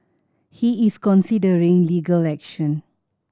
he is considering legal action